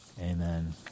amen